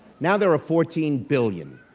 now there are fourteen billion,